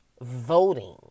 voting